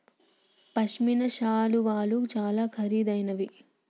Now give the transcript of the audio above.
పశ్మిన శాలువాలు చాలా ఖరీదైనవి